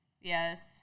Yes